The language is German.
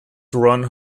ron